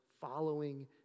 following